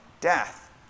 death